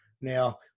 Now